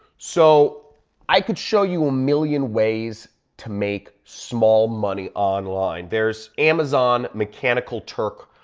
so i could show you a million ways to make small money online. there's amazon mechanical turk,